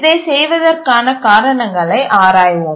இதைச் செய்வதற்கான காரணங்களை ஆராய்வோம்